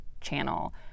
channel